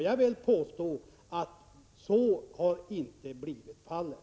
Jag vill påstå att så inte har blivit fallet.